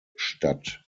statt